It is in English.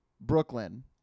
Brooklyn